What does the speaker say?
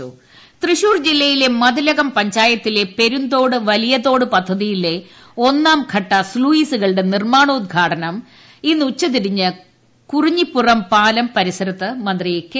വിദ്യാർത്ഥി പാർലമെന്റ് തൃശൂർ ജില്ലയിലെ മതിലകം പഞ്ചായത്തിലെ പെരുംതോട് വലിയതോട് പദ്ധതിയിലെ ഒന്നാംഘട്ട സ്തുയ്സുകളുടെ നിർമ്മാണോദ്ഘാടനം ഇന്ന് ഉച്ചതിരിഞ്ഞ് കുറുഞ്ഞിപ്പുറം പാലം പരിസരത്ത് മന്ത്രി കെ